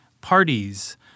parties—